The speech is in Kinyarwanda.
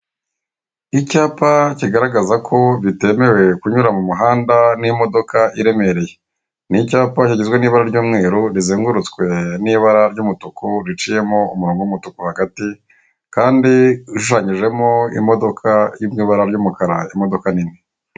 Icyapa kigaragaza ko bitemewe kunyura mu muhanda n'imodoka iremereye, ni icyapa kigizwe n'ibara ry'umweru rizengurutswe n'ibara ry'umutuku riciyemo umurongo w'umutuku. Hagati kandi ushushanyijemo imodoka iri mu ibara ry'umukara imodoka nini.